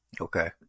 Okay